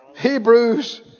Hebrews